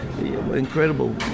incredible